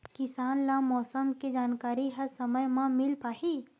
किसान ल मौसम के जानकारी ह समय म मिल पाही?